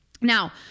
now